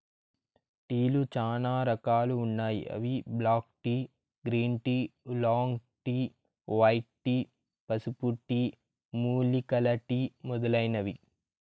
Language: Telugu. టీలు చానా రకాలు ఉన్నాయి అవి black tea, green tea, oolong tea, white tea, పసుపు టీ, మూలికల టీ మొదలైనవి